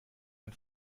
ein